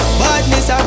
badness